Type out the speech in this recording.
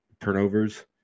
turnovers